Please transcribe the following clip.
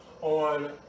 on